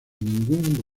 ningún